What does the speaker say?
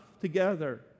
together